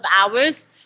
hours